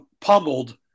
pummeled